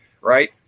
right